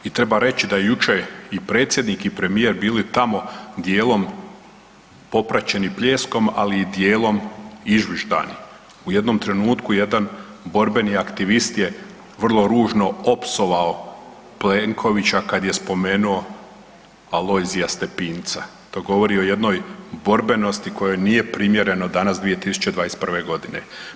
I treba reći da je jučer i predsjednik i premijer bili tamo dijelom popraćeni pljeskom, ali i dijelom izviždani, u jednom trenutku jedan borbeni aktivist je vrlo ružno opsovao Plenkovića kad je spomenuo Alojzija Stepinca to govori o jednoj borbenosti kojoj nije primjerno danas 2021. godine.